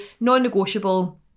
non-negotiable